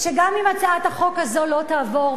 שגם אם הצעת החוק הזאת לא תעבור,